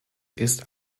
ist